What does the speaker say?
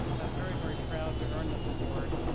i was very very proud to earn this award.